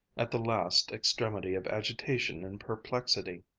at the last extremity of agitation and perplexity.